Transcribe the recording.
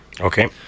okay